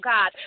God